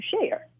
share